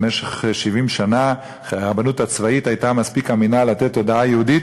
במשך 70 שנה הרבנות הצבאית הייתה מספיק אמינה לתת תודעה יהודית.